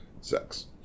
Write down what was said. sex